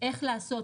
איך לעשות,